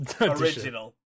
Original